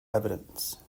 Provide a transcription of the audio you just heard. evidence